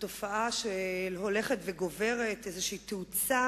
תופעה שהולכת וגוברת, איזו תאוצה